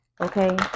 okay